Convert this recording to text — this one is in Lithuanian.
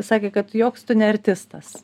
sakė kad joks tu ne artistas